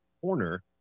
corner